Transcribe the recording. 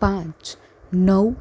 પાંચ નવ